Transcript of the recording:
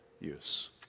use